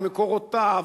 למקורותיו,